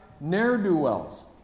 ne'er-do-wells